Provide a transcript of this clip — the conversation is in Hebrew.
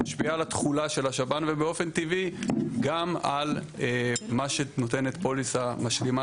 תשפיע על התכולה של השב"ן ובאופן טבעי גם מה שנותנת פוליסה משלימה